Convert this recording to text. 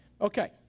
Okay